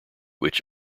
which